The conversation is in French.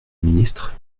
ministre